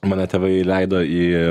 mane tėvai leido į